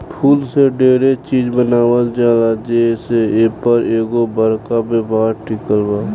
फूल से डेरे चिज बनावल जाला जे से एपर एगो बरका व्यापार टिकल बा